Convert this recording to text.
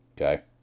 Okay